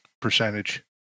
percentage